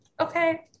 okay